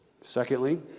Secondly